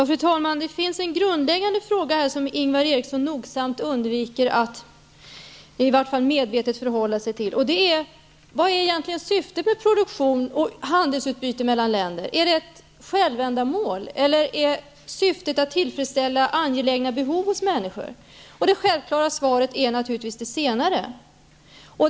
Fru talman! Det finns en grundläggande fråga som Ingvar Eriksson nogsamt undviker att åtminstone medvetet förhålla sig till. Vad är egentligen syftet med produktion och handelsutbyte mellan länder? Är det ett självändamål, eller är syftet att tillfredsställa angelägna behov hos människor? Det självklara svaret är naturligtvis det senare.